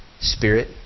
spirit